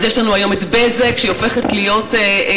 יש לנו היום את "בזק" שהופכת להיות ענקית,